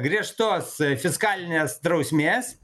griežtos fiskalinės drausmės